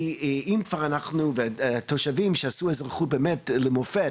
כי אם כבר אנחנו רואים תושבים שעשו אזרחות באמת למופת